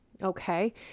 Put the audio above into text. Okay